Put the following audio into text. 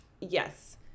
Yes